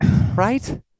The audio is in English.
Right